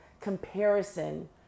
comparison